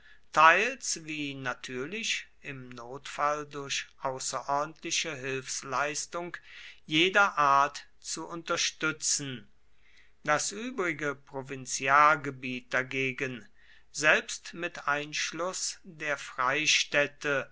teils wie natürlich im notfall durch außerordentliche hilfsleistung jeder art zu unterstützen das übrige provinzialgebiet dagegen selbst mit einschluß der freistädte